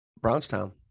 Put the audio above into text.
Brownstown